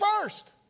first